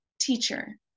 Teacher